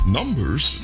Numbers